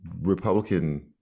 Republican